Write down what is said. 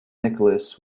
nicholas